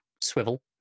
swivel